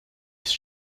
ist